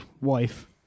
wife